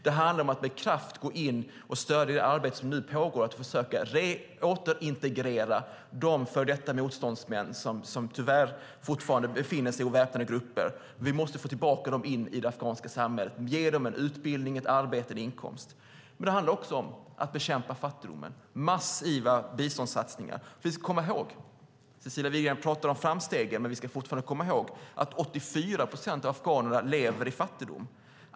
Det handlar om att med kraft gå in och stödja det arbete som nu pågår med att försöka återintegrera de före detta motståndsmän som tyvärr fortfarande befinner sig i väpnade grupper och få tillbaka dem in i det afghanska samhället och ge dem en utbildning, ett arbete och en inkomst. Det handlar också om att bekämpa fattigdomen med massiva biståndssatsningar. Cecilia Widegren pratar om framstegen, men vi ska komma ihåg att 84 procent av afghanerna lever i fattigdom.